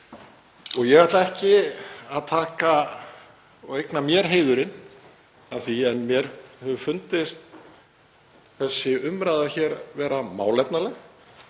dag. Ég ætla ekki að eigna mér heiðurinn af því en mér hefur fundist umræðan hér vera málefnaleg